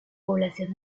población